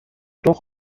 doch